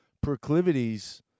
proclivities